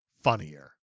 funnier